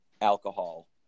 alcohol